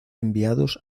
enviados